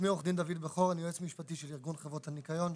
אני יועץ משפטי של ארגון חברות הניקיון,